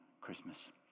Christmas